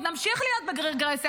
עוד נמשיך להיות ברגרסיה,